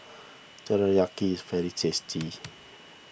Teriyaki is very tasty